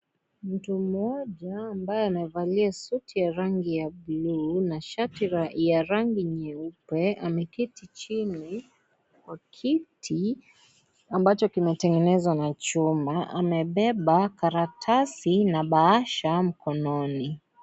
Mtu mmoja ambaye amevalia suti ya rangi ya bulu na shati ya rangi nyeupe ameketi chini kwa kiti ambacho kimetengenezwa na chuma, amebeba karatasi na bahasha mkononi.